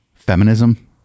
feminism